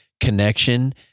connection